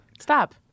Stop